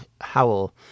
Howell